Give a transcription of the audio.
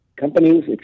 companies